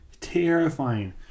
Terrifying